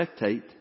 spectate